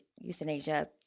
euthanasia